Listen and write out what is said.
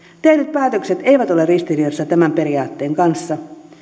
päätökset eivät ole ristiriidassa tämän periaatteen kanssa